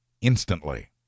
instantly